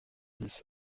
dix